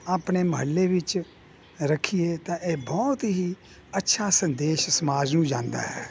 ਆਪਣੇ ਮਹੱਲੇ ਵਿੱਚ ਰੱਖੀਏ ਤਾਂ ਇਹ ਬਹੁਤ ਹੀ ਅੱਛਾ ਸੰਦੇਸ਼ ਸਮਾਜ ਨੂੰ ਜਾਂਦਾ ਹੈ